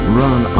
run